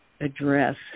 address